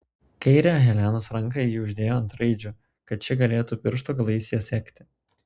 kairę helenos ranką ji uždėjo ant raidžių kad ši galėtų pirštų galais jas sekti